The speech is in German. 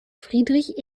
friedrich